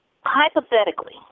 hypothetically